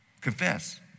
confess